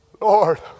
Lord